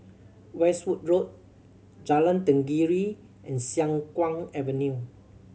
Westwood Road Jalan Tenggiri and Siang Kuang Avenue